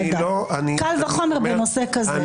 קל וחומר בנושא כזה.